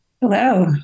Hello